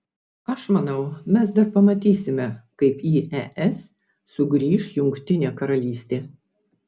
aš manau mes dar pamatysime kaip į es sugrįš jungtinė karalystė